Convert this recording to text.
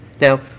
Now